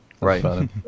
Right